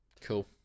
Cool